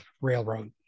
railroad